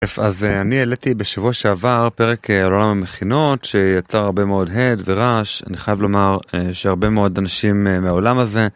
אז אני העליתי בשבוע שעבר פרק על עולם המכינות שיצר הרבה מאוד הד ורעש אני חייב לומר שהרבה מאוד אנשים מהעולם הזה